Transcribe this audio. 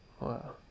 Wow